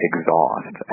Exhaust